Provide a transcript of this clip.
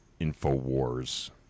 InfoWars